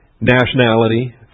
nationality